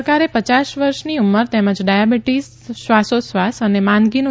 સરકારે પચાસ વર્ષની ઉંમર તેમજ ડાયાબીટીસ શ્વાસોશ્વાસ અને માંદગીનું